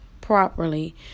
properly